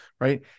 right